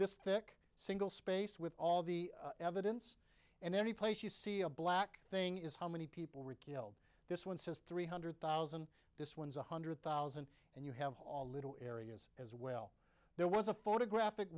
this thick single spaced with all the evidence and any place you see a black thing is how many people were killed this one says three hundred thousand this one is one hundred thousand and you have areas as well there was a photographic